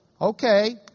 Okay